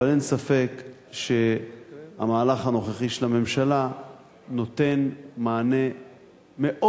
אבל אין ספק שהמהלך הנוכחי של הממשלה נותן מענה מאוד